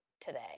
today